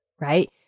right